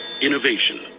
Innovation